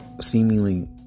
seemingly